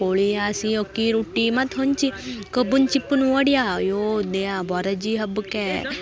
ಕೋಳಿ ಆಸಿ ಅಕ್ಕಿ ರೊಟ್ಟಿ ಮತ್ತು ಹಂಚಿ ಕಬ್ಬನ ಚಿಪ್ಪನ ವಡಿಯ ಅಯ್ಯೋ ದ್ಯಾ ಬೋರಜಿ ಹಬ್ಬಕ್ಕೆ